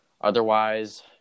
Otherwise